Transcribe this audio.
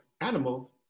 animals